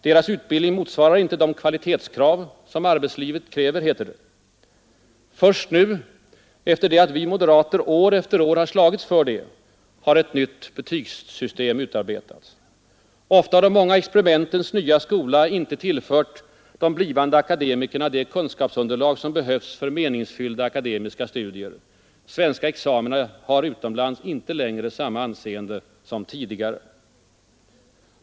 Deras utbildning motsvarar inte de kvalitetskrav, som arbetslivet ställer, heter det. Först nu — sedan vi moderater år efter år slagits för det — har ett nytt betygssystem utarbetats. Ofta har de många experimentens nya skola inte tillfört de blivande akademikerna det kunskapsunderlag som behövs för meningsfyllda akademiska studier. Svenska examina har utomlands inte längre samma anseende som tidigare.